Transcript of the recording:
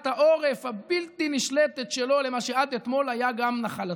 העורף הבלתי-נשלטת שלו למה שעד אתמול היה גם נחלתו.